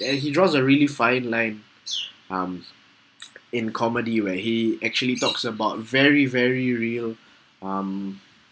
and he draws a really fine line um in comedy where he actually talks about very very real um